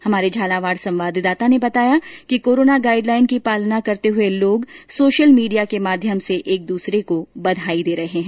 हमारे झालावाड संवाददाता ने बताया कि कोरोना गाइडलाइन की पालना करते हुए लोग सोशल मीडिया के माध्यम से एक दूसरे को ईद की बघाई दे रहे हैं